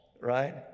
right